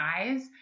eyes